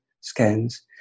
scans